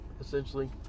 essentially